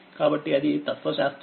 కాబట్టి అదితత్వశాస్త్రం